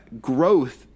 growth